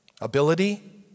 ability